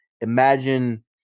Imagine